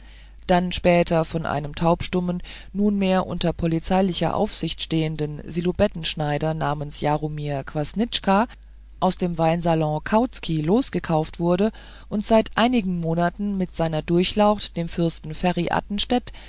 dann später von einem taubstummen nunmehr unter polizeilicher aufsicht stehenden silhubettenschneider namens jaromir kwßnitschka aus dem weinsalon kautsky losgekauft wurde und seit einigen monaten mit seiner durchlaucht dem fürsten